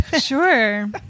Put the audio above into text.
Sure